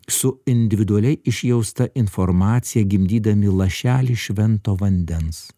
su individualiai išjausta informacija gimdydami lašelį švento vandens